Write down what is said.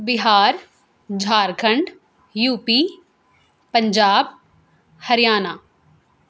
Bihar Jharkhand U P Punjab Haryana